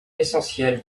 essentiel